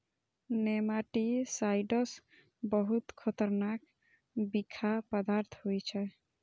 nematicides बहुत खतरनाक बिखाह पदार्थ होइ छै